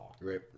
right